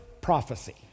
prophecy